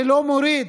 זה לא מוריד